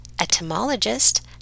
etymologist